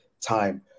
time